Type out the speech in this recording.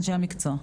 אנשי המקצוע.